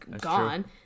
gone